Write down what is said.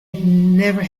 never